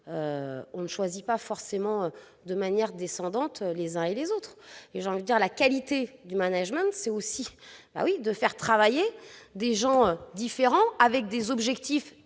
on ne choisit pas forcément de manière descendante les uns et les autres. La qualité du, c'est aussi de faire travailler des gens différents, avec des objectifs